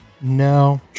No